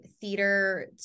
theater